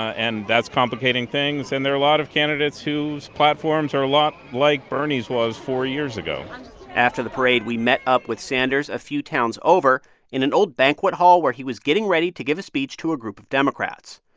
and that's complicating things. and there are a lot of candidates whose platforms are a lot like bernie's was four years ago after the parade, we met up with sanders a few towns over in an old banquet hall where he was getting ready to give a speech to a group of democrats.